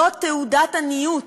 זאת תעודת עניות.